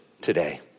today